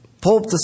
Pope